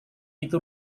itu